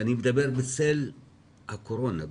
אני מדבר בצל הקורונה,